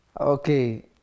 Okay